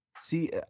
See